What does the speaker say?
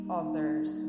others